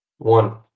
One